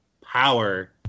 power